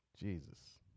Jesus